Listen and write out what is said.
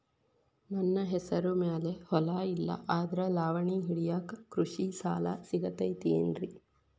ನನ್ನ ಹೆಸರು ಮ್ಯಾಲೆ ಹೊಲಾ ಇಲ್ಲ ಆದ್ರ ಲಾವಣಿ ಹಿಡಿಯಾಕ್ ಕೃಷಿ ಸಾಲಾ ಸಿಗತೈತಿ ಏನ್ರಿ?